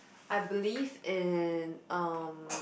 I believe in um